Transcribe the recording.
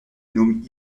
gnome